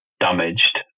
damaged